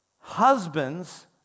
Husbands